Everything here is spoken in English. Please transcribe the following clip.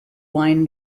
line